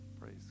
Praise